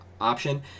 option